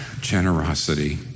generosity